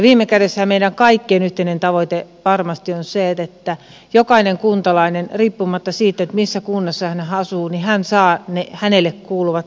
viime kädessähän meidän kaikkien yhteinen tavoite varmasti on se että jokainen kuntalainen riippumatta siitä missä kunnassa hän asuu saa ne hänelle kuuluvat tarvittavat palvelut